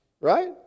right